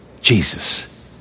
Jesus